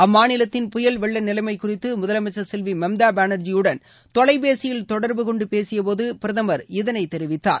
அம்மாநிலத்தின் புயல் வெள்ள நிலைமை குறித்து முதலமைச்சர் செல்வி மம்தா பானர்ஜியுடன் தொலைபேசியில் தொடர்பு கொண்டு பேசியபோது பிரதமர் இதைத் தெரிவித்தார்